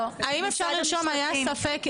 אני רוצה שאם יש מקרה